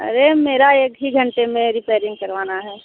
अरे मेरा एक ही घंटे में रिपेयरिंग करवाना है